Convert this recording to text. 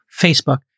Facebook